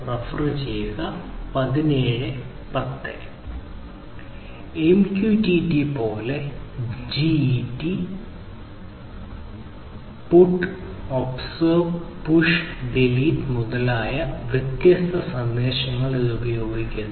MQTT പോലുള്ള GET PUT OBSERVE PUSH DELETE മുതലായ വ്യത്യസ്ത സന്ദേശ സന്ദേശങ്ങൾ ഇത് ഉപയോഗിക്കുന്നു